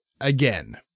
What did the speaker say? again